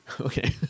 Okay